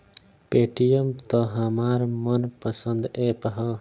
Paytm त हमार मन पसंद ऐप ह